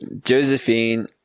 Josephine